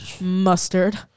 mustard